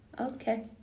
okay